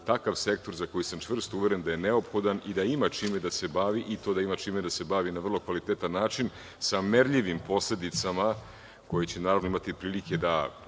takav sektor za koji sam čvrsto uveren da je neophodan i da ima čime da se bavi i to na vrlo kvalitetan način sa merljivim posledicama koje će imati prilike da